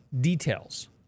details